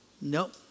Nope